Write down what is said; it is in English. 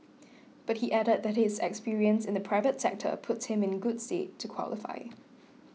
but he added that his experience in the private sector puts him in good stead to qualify